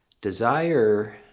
Desire